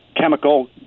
chemical